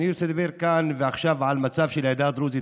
אני רוצה לדבר כאן ועכשיו על המצב של העדה הדרוזית